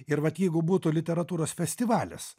ir vat jeigu būtų literatūros festivalis